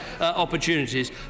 opportunities